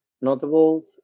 notables